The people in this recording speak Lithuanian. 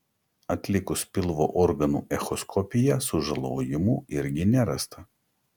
atlikus pilvo organų echoskopiją sužalojimų irgi nerasta